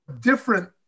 different